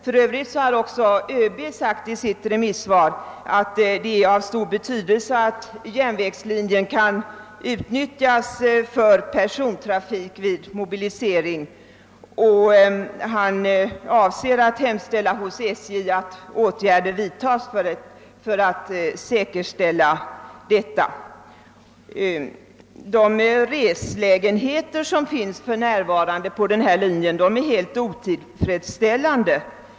För övrigt har också ÖB i sitt remisssvar sagt att det är av stor betydelse att järnvägslinjen kan utnyttjas för persontrafik vid mobilisering, och han avser att hemställa hos SJ att åtgärder vidtas för att säkerställa detta. De reselägenheter som för närvarande finns på denna linje är helt otillfredsställande.